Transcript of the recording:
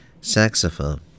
saxophone